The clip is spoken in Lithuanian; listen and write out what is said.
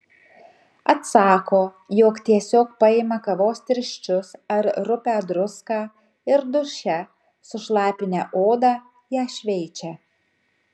atsako jog tiesiog paima kavos tirščius ar rupią druską ir duše sušlapinę odą ją šveičia